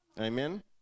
Amen